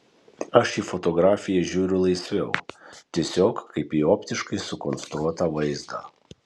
aš į fotografiją žiūriu laisviau tiesiog kaip į optiškai sukonstruotą vaizdą